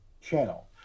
channel